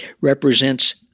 represents